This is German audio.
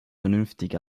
vernünftig